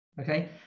Okay